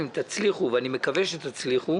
אם תצליחו ואני מקווה שתצליחו